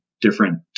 different